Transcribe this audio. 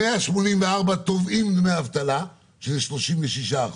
184,000 תובעים דמי אבטלה, שזה 36%,